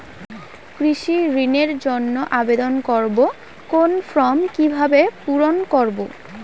কৃষি ঋণের জন্য আবেদন করব কোন ফর্ম কিভাবে পূরণ করব?